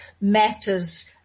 matters